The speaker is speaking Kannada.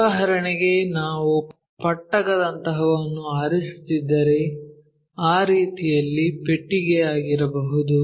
ಉದಾಹರಣೆಗೆ ನಾವು ಪಟ್ಟಕದಂತಹದನ್ನು ಆರಿಸುತ್ತಿದ್ದರೆ ಆ ರೀತಿಯಲ್ಲಿ ಪೆಟ್ಟಿಗೆಯಾಗಿರಬಹುದು